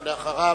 ואחריו,